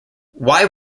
why